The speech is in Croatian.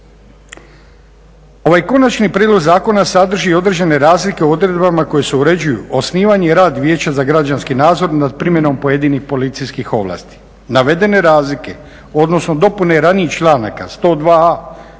Ovaj konačni prijedlog zakona sadrži određene razlike u odredbama koje se uređuju osnivanje i rad vijeća za građanski nadzor nad primjenom pojedinih policijskih ovlasti. Navedene razlike odnosno dopune ranijih članaka 102.a,